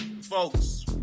Folks